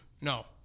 No